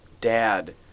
dad